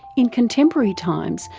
in contemporary times,